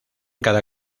cada